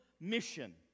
mission